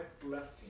blessing